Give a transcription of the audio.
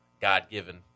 God-given